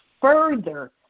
further